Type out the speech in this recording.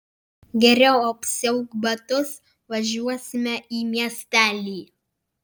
geriau apsiauk batus važiuosime į miestelį